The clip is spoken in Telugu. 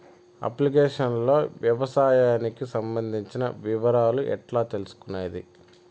అప్లికేషన్ లో వ్యవసాయానికి సంబంధించిన వివరాలు ఎట్లా తెలుసుకొనేది?